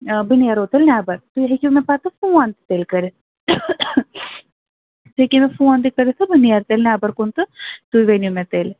آ بہٕ نیرہو تیٚلہِ نٮ۪بَر تُہۍ ہیٚکِو مےٚ پتہٕ فون تہِ تیٚلہِ کٔرِتھ تُہۍ ہیٚکِو مےٚ فون تہِ کٔرِتھ بہٕ نیرِ تیٚلہِ نٮ۪بَر کُن تہٕ تُہۍ ؤنِو مےٚ تیٚلہِ